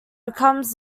becomes